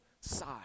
side